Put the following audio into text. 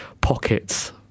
pockets